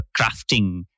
crafting